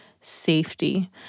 safety—